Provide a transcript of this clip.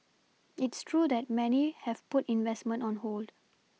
it's true that many have put investment on hold